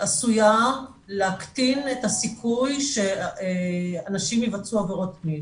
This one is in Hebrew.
עשויה להקטין את הסיכוי שאנשים יבצעו עבירות מין.